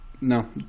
No